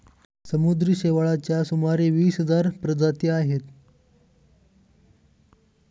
समुद्री शेवाळाच्या सुमारे वीस हजार प्रजाती आहेत